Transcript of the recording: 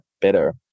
better